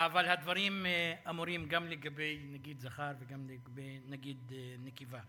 אבל הדברים אמורים גם לגבי נגיד זכר וגם לגבי נגיד נקבה.